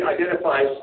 identifies